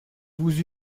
vous